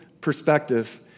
perspective